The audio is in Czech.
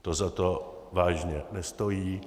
To za to vážně nestojí.